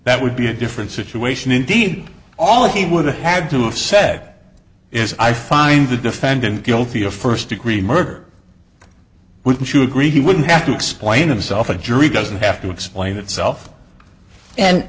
that would be a different situation indeed all he would have had to have said is i find the defendant guilty of first degree murder wouldn't you agree he would have to explain himself a jury doesn't have to explain itself and